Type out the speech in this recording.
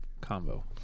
combo